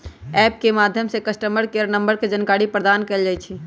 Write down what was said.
app के माध्यम से कस्टमर केयर नंबर के जानकारी प्रदान कएल जाइ छइ